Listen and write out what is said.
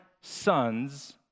sons